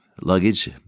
luggage